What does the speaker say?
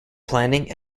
planning